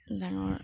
ডাঙৰ